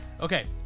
Okay